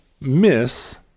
miss